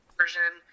version